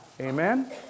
Amen